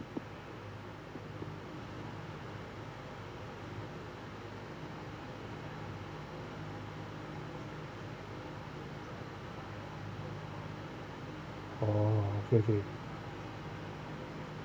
oh okay okay